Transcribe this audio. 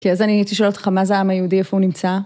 ‫כי אז אני הייתי שואלת אותך, ‫מה זה העם היהודי? איפה הוא נמצא?